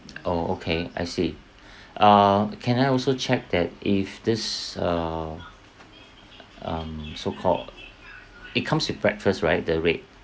oh okay I see err can I also check that if this err um so called it comes with breakfast right the rate